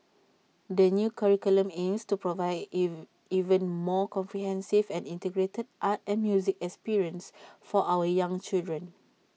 the new curriculum aims to provide an even more comprehensive and integrated art and music experience for our young children